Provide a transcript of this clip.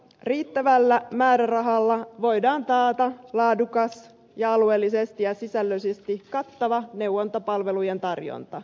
riittävällä määrärahalla voidaan taata laadukas ja alueellisesti ja sisällöllisesti kattava neuvontapalvelujen tarjonta